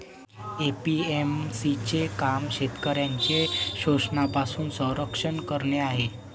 APMC चे काम शेतकऱ्यांचे शोषणापासून संरक्षण करणे आहे